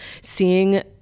seeing